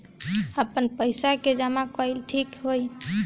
आपन पईसा के जमा कईल ठीक होई?